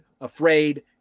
afraid